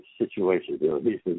situation